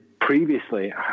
previously